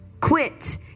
quit